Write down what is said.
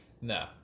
No